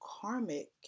karmic